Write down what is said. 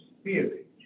Spirit